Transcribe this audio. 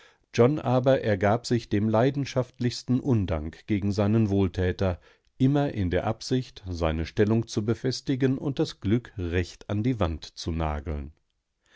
john aber ergab sich dem leidenschaftlichsten undank gegen seinen wohltäter immer in der absicht seine stellung zu befestigen und das glück recht an die wand zu nageln